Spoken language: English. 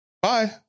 Bye